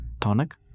Tonic